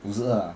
五十二 ah